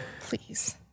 Please